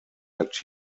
that